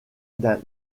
d’un